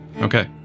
Okay